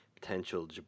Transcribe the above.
potential